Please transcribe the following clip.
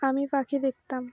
আমি পাখি দেখতাম